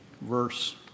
verse